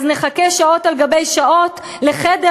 נחכה שעות על שעות לחדר,